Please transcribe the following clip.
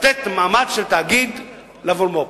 לתת מעמד של תאגיד למולמו"פ.